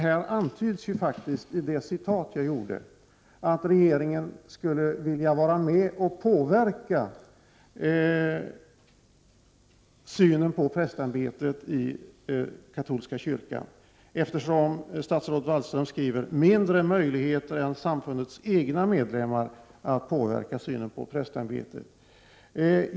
Här antyds ju faktiskt att regeringen skulle vilja vara med och påverka synen på prästämbetet i katolska kyrkan, eftersom statsrådet Wallström säger att regeringen har ”mindre möjligheter än samfundets egna medlemmar att där påverka synen på prästämbetet”.